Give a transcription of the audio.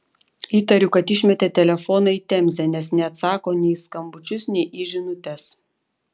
įtariu kad išmetė telefoną į temzę nes neatsako nei į skambučius nei į žinutes